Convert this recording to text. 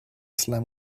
slam